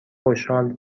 خوشحال